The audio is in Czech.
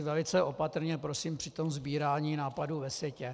Velice opatrně prosím při sbírání nápadů ve světě.